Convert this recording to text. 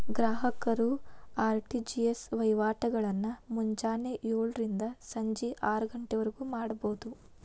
ಗ್ರಾಹಕರು ಆರ್.ಟಿ.ಜಿ.ಎಸ್ ವಹಿವಾಟಗಳನ್ನ ಮುಂಜಾನೆ ಯೋಳರಿಂದ ಸಂಜಿ ಆರಗಂಟಿವರ್ಗು ಮಾಡಬೋದು